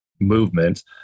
movement